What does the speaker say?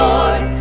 Lord